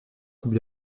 coupe